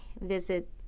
visit